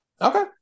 Okay